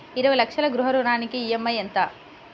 ఇరవై లక్షల గృహ రుణానికి ఈ.ఎం.ఐ ఎంత?